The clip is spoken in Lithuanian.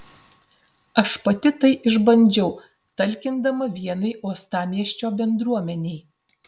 aš pati tai išbandžiau talkindama vienai uostamiesčio bendruomenei